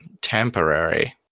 temporary